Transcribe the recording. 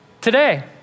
today